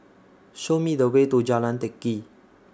Show Me The Way to Jalan Teck Kee